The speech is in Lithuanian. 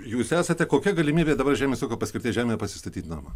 jūs esate kokia galimybė dabar žemės ūkio paskirty žemėje pasistatyt namą